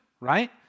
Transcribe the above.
right